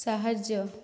ସାହାଯ୍ୟ